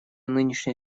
нынешняя